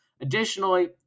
Additionally